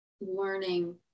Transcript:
learning